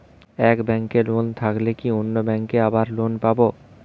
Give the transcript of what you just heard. এক ব্যাঙ্কে লোন থাকলে কি অন্য ব্যাঙ্কে আবার লোন পাব?